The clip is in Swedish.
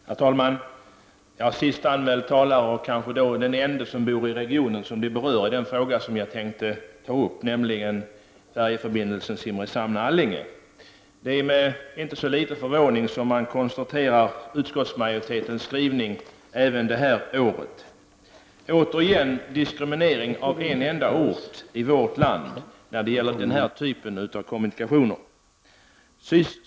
Herr talman! Jag är den sist anmälde talaren och kanske den ende som bor i den regionen som berörs av den fråga som jag tänker ta upp, nämligen färjeförbindelsen mellan Simrishamn och Allinge. Det är inte med liten för våning man tar del av utskottsmajoritetens skrivning: Även det här året diskriminerar man den enda ort i vårt land med den här typen av kommunikationer.